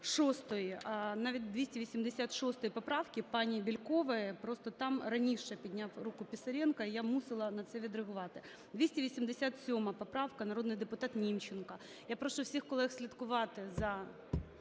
шостої, навіть 286 поправки пані Бєлькової. Просто там раніше підняв руку Писаренко і я мусила на це відреагувати. 287 поправка, народний депутат Німченко. Я прошу усіх колег слідкувати за